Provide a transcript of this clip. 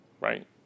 right